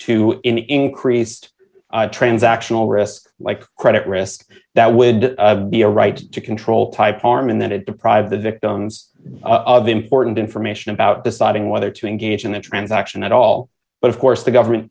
to any increased transactional risk like credit risk that would be a right to control type farm and that it deprived the victims of important information about deciding whether to engage in the transaction at all but of course the government